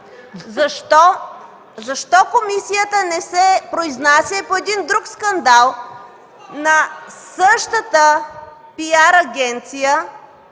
Защо комисията не се произнася и по един друг скандал – на същата PR агенция,